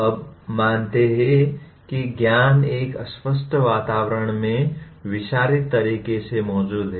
हम मानते हैं कि ज्ञान एक अस्पष्ट वातावरण में विसरित तरीके से मौजूद है